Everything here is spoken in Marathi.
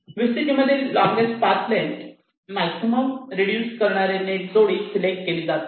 VCG मधील longest path length maximum reduce करणारे नेट जोडी सिलेक्ट केली जाते